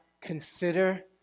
consider